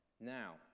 Now